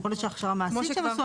מההכשרה המעשית שהם עשו.